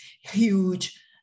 huge